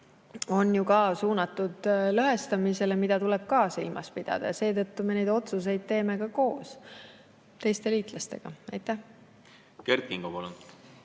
on ju ka suunatud lõhestamisele, mida tuleb samuti silmas pidada. Ja seetõttu me neid otsuseid teemegi koos teiste liitlastega. Aitäh! Loomulikult